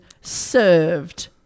served